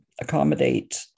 accommodate